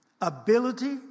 Ability